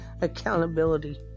accountability